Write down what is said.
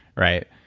right?